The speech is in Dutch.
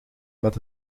met